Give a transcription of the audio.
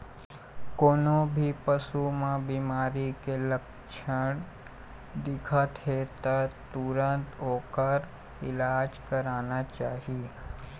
कोनो भी पशु म बिमारी के लक्छन दिखत हे त तुरत ओखर इलाज करना चाही